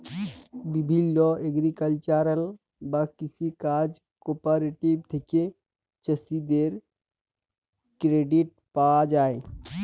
বিভিল্য এগ্রিকালচারাল বা কৃষি কাজ কোঅপারেটিভ থেক্যে চাষীদের ক্রেডিট পায়া যায়